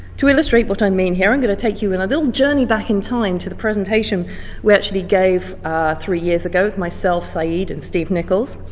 to illustrate what i mean here i'm gonna take you in a little journey back in time to the presentation we actually gave three years ago with myself, sayeed, and steve nichols.